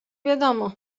wiadomo